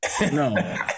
no